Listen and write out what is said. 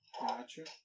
Gotcha